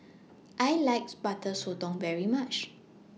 I likes Butter Sotong very much